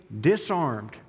disarmed